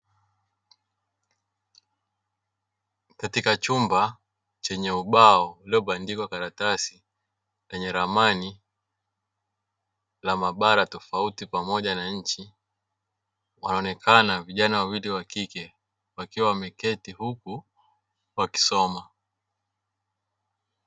Katika chumba chenye ubao, leo bandiko karatasi yenye ramani ya bara tofauti pamoja na nchi; wanaonekana vijana wawili wa kike wakiwa wameketi huku wakisoma.